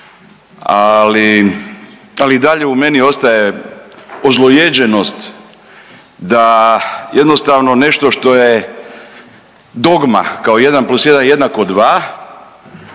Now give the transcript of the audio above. i dalje u meni ostaje ozlojeđenost da jednostavno nešto što je dogma kao jedan plus jedan jednako dva,